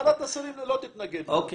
זה לא אני,